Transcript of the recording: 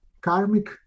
karmic